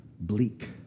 bleak